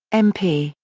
mp,